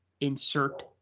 insert